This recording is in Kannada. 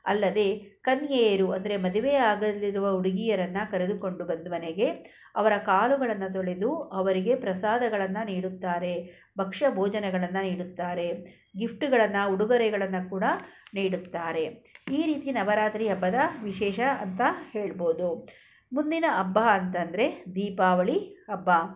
ಅಲ್ಲದೇ ಕನ್ಯೆಯರು ಅಂದರೆ ಮದುವೆಯಾಗದಿರುವ ಹುಡುಗಿಯರನ್ನ ಕರೆದುಕೊಂಡು ಬಂದು ಮನೆಗೆ ಅವರ ಕಾಲುಗಳನ್ನು ತೊಳೆದು ಅವರಿಗೆ ಪ್ರಸಾದಗಳನ್ನು ನೀಡುತ್ತಾರೆ ಭಕ್ಷ್ಯ ಭೋಜನಗಳನ್ನು ನೀಡುತ್ತಾರೆ ಗಿಫ್ಟುಗಳನ್ನು ಉಡುಗೊರೆಗಳನ್ನು ಕೂಡ ನೀಡುತ್ತಾರೆ ಈ ರೀತಿ ನವರಾತ್ರಿ ಹಬ್ಬದ ವಿಶೇಷ ಅಂತ ಹೇಳ್ಬೌದು ಮುಂದಿನ ಹಬ್ಬ ಅಂತಂದರೆ ದೀಪಾವಳಿ ಹಬ್ಬ